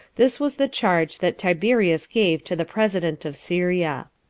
this was the charge that tiberius gave to the president of syria.